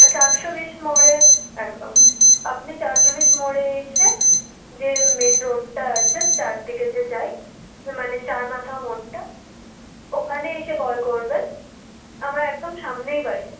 চারশো বিশ মোড়ে একদম আপনি চারশো বিশ মোড়ে এসে যে মেইন রোডটা আছে চারদিকে যে যাই যে মানে চার মাথা মোড়টা ওখানে এসে কল করবেন আমার একদম সামনেই বাড়ি